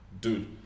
Dude